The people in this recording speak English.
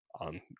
on